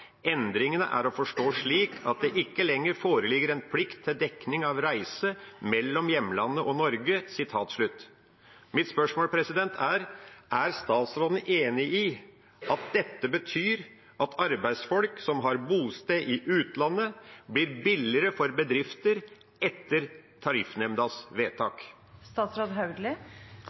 er å forstå slik at det ikke lenger foreligger en plikt til dekning av reiser mellom hjemlandet og Norge.» Mitt spørsmål er: Er statsråden enig i at dette betyr at arbeidsfolk som har bosted i utlandet, blir billigere for bedrifter etter Tariffnemndas